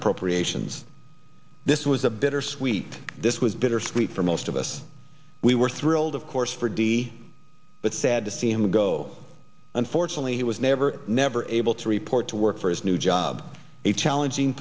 appropriations this was a bittersweet this was bittersweet for most of us we were thrilled of course for di but sad to see him go unfortunately he was never never able to report to work for his new job a challenging